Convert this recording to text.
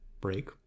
break